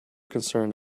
concerned